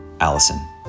Allison